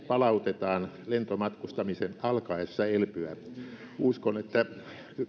palautetaan lentomatkustamisen alkaessa elpyä uskon että